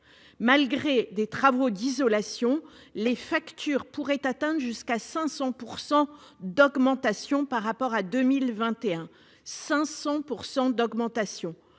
Malgré des travaux d'isolation, les factures pourraient atteindre jusqu'à 500 % d'augmentation par rapport à 2021- j'insiste, 500 % d'augmentation